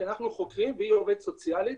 כי אנחנו חוקרים והיא עובדת סוציאלית